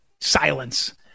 silence